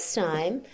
time